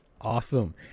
Awesome